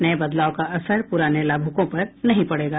नये बदलाव का असर पुराने लाभुकों पर नहीं पड़ेगा